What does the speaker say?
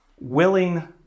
willing